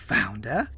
Founder